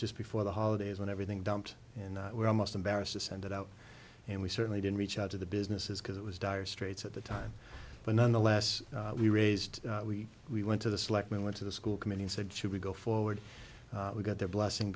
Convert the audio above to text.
just before the holidays when everything dumped and we're almost embarrassed to send it out and we certainly didn't reach out to the businesses because it was dire straits at the time but nonetheless we raised we we went to the selectmen went to the school committee and said should we go forward we got their blessing